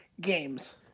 games